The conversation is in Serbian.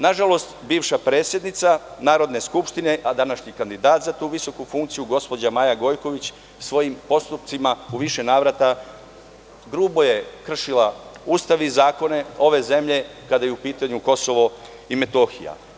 Nažalost, bivša predsednica Narodne skupštine, a današnji kandidat za tu visoku funkciju, gospođa Maja Gojković svojim postupcima u više navrata grubo je kršila Ustav i zakone ove zemlje kada je u pitanju Kosovo i Metohija.